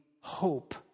hope